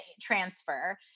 transfer